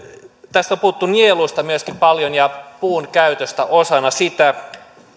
tässä on puhuttu paljon myöskin nieluista ja puunkäytöstä osana sitä kun